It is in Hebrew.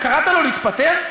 קארין אלהרר,